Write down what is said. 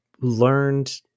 learned